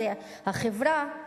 זו החברה,